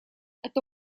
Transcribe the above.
это